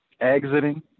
exiting